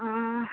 ହଁ